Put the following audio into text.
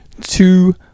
two